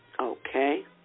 Okay